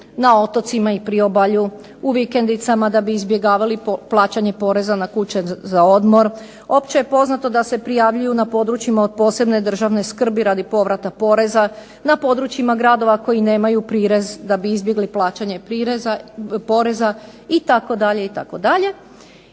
na otocima i priobalju, u vikendicama da bi izbjegavali plaćanje poreza na kuće za odmor. Opće je poznato da se prijavljuju na područjima od posebne državne skrbi radi povrata poreza, na područjima gradova koji nemaju prirez da bi izbjegli plaćanje prireza, poreza, itd.,